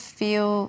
feel